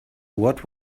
what